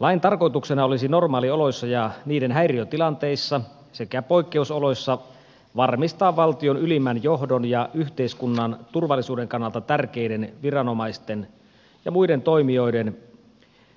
lain tarkoituksena olisi normaalioloissa ja niiden häiriötilanteissa sekä poikkeusoloissa varmistaa valtion ylimmän johdon ja yhteiskunnan turvallisuuden kannalta tärkeiden viranomaisten ja muiden toimijoiden